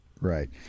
right